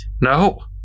No